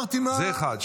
זה דבר אחד.